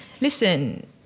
listen